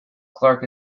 clarke